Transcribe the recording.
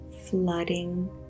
flooding